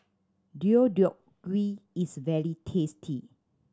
Deodeok Gui is very tasty